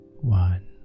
one